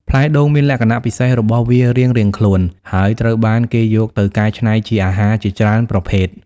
ផ្លែដូងមានលក្ខណៈពិសេសរបស់វារៀងៗខ្លួន ហើយត្រូវបានគេយកទៅកែច្នៃជាអាហារជាច្រើនប្រភេទ។